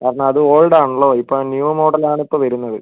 കാരണം അത് ഓൾഡ് ആണല്ലോ ഇപ്പോൾ ന്യൂ മോഡൽ ആണ് ഇപ്പോൾ വരുന്നത്